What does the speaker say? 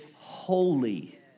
holy